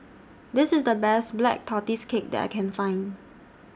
This IS The Best Black Tortoise Cake that I Can Find